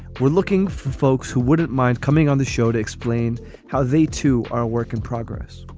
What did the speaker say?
we're looking for folks who wouldn't mind coming on the show to explain how they too are a work in progress.